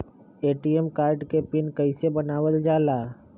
ATM card के PIN कैसे बनावल जाला?